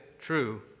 true